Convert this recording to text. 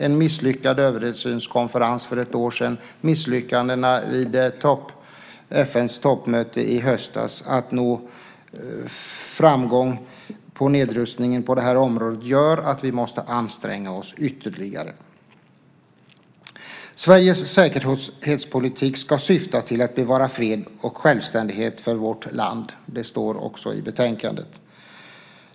En misslyckad översynskonferens för ett år sedan och misslyckandena vid FN:s toppmöte i höstas att nå framgång med nedrustning på det här området gör att vi måste anstränga oss ytterligare. Sveriges säkerhetspolitik ska syfta till att bevara fred och självständighet för vårt land. Det står också i betänkandet.